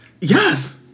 Yes